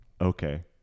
Okay